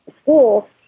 school